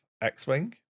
X-Wing